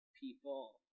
people